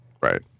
Right